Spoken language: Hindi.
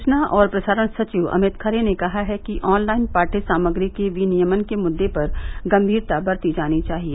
सूचना और प्रसारण सचिव अमित खरे ने कहा है कि ऑनलाइन पाठ्य सामग्री के विनियमन के मुद्दे पर गम्भीरता बरती जानी चाहिए